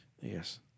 Yes